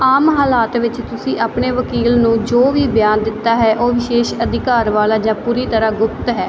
ਆਮ ਹਾਲਾਤ ਵਿੱਚ ਤੁਸੀਂ ਆਪਣੇ ਵਕੀਲ ਨੂੰ ਜੋ ਵੀ ਬਿਆਨ ਦਿੱਤਾ ਹੈ ਉਹ ਵਿਸ਼ੇਸ਼ ਅਧਿਕਾਰ ਵਾਲਾ ਜਾਂ ਪੂਰੀ ਤਰ੍ਹਾਂ ਗੁਪਤ ਹੈ